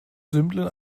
simplen